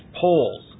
polls